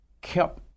kept